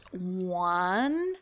one